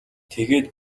тэгээд